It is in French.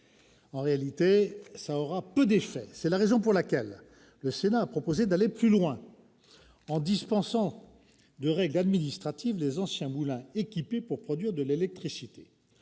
en réalité que peu ou pas d'effets. C'est la raison pour laquelle le Sénat a proposé d'aller plus loin, en dispensant de règles administratives les anciens moulins équipés pour produire de l'électricité.